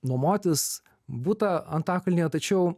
nuomotis butą antakalnyje tačiau